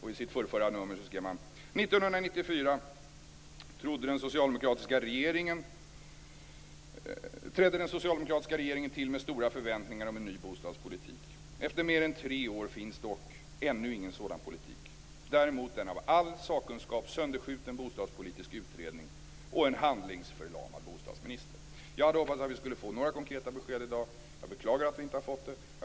I sitt förrförra nummer skrev man: "1994 trädde den socialdemokratiska regeringen till med stora förväntningar om en ny bostadspolitik. Efter mer än tre år finns dock ännu ingen sådan politik, däremot en av all sakkunskap sönderskjuten bostadspolitisk utredning och en handlingsförlamad bostadsminister." Jag hade hoppats att vi skulle få några konkreta besked i dag. Jag beklagar att vi inte har fått det.